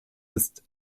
ist